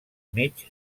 mig